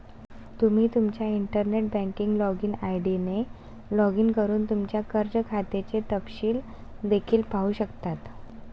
तुम्ही तुमच्या internet banking login ID ने लॉग इन करून तुमच्या कर्ज खात्याचे तपशील देखील पाहू शकता